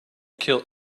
kill